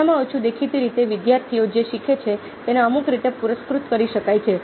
ઓછામાં ઓછું દેખીતી રીતે વિદ્યાર્થીઓ જે શીખે છે તેને અમુક રીતે પુરસ્કૃત કરી શકાય છે